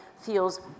feels